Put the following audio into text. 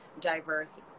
diverse